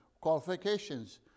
qualifications